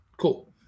cool